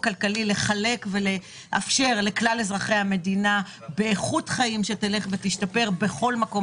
הכלכלי לאפשר לכלל אזרחי המדינה באיכות חיים שתלך ותשתפר בכל מקום,